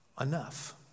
Enough